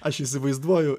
aš įsivaizduoju